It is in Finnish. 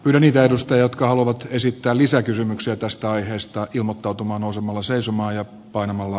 ylimitoitusta jotka haluavat esittää lisäkysymyksiä tästä aiheesta ilmottautumaan osumalla seisomaan ja panemalla